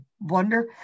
wonder